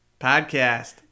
Podcast